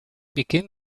begin